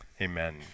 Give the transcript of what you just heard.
amen